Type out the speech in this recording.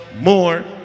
more